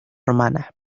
romana